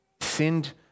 sinned